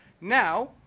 Now